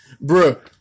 bro